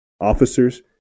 officers